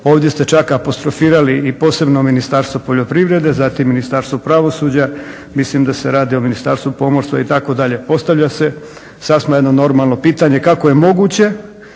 Ovdje ste čak apostrofirali i posebno Ministarstvo poljoprivrede, zatim Ministarstvo pravosuđa, mislim da se radi o Ministarstvu pomorstva itd. Postavlja se sasma jedno normalno pitanje kako je moguće